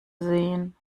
sehen